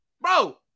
Bro